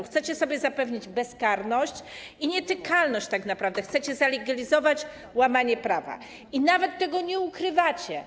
Chcecie sobie zapewnić bezkarność i nietykalność tak naprawdę, chcecie zalegalizować łamanie prawa i nawet tego nie ukrywacie.